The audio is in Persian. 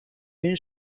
این